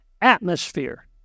atmosphere